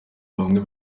bamwe